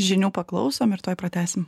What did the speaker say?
žinių paklausom ir tuoj pratęsim